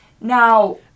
Now